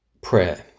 Prayer